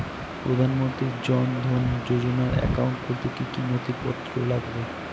প্রধানমন্ত্রী জন ধন যোজনার একাউন্ট খুলতে কি কি নথিপত্র লাগবে?